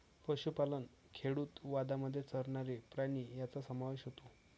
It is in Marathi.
पशुपालन खेडूतवादामध्ये चरणारे प्राणी यांचा समावेश होतो